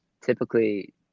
typically